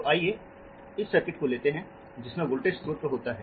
तो आइए इस सर्किट को लेते हैं जिसमें वोल्टेज स्रोत होता है